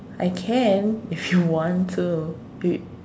I can if you want to you